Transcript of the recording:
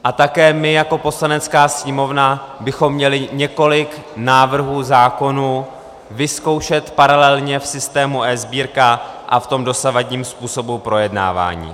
A také my jako Poslanecká sněmovna bychom měli několik návrhů zákonů vyzkoušet paralelně v systému eSbírka a v tom dosavadním způsobu projednávání.